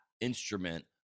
instrument